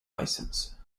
license